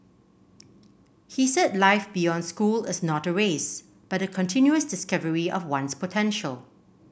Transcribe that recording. he said life beyond school is not a race but a continuous discovery of one's potential